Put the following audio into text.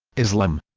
islam